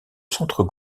centre